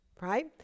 right